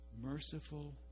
merciful